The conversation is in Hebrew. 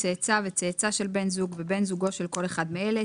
צאצא וצאצא של בן זוג ובן זוגו של כל אחד מאלה,